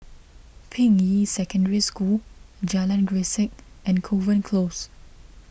Ping Yi Secondary School Jalan Grisek and Kovan Close